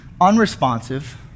unresponsive